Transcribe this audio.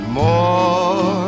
more